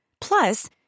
Plus